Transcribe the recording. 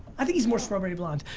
i think he's more strawberry blonde.